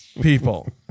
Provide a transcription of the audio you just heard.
people